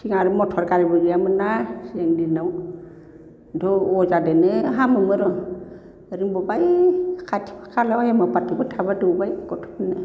सिगां आरो मथर गारिबो गैयामोन ना सिगांनि दिनाव थ' अजाजोंनो हमोमोन र' रोंबोबाय खाथि खाला माबायाव फाथैफोर थाब्ला दौबाय गथ'फोरनो